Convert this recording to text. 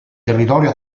territorio